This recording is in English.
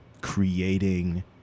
creating